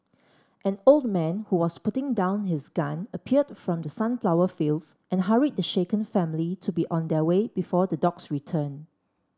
an old man who was putting down his gun appeared from the sunflower fields and hurried the shaken family to be on their way before the dogs return